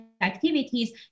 activities